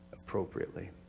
appropriately